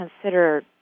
consider